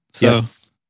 Yes